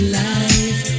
life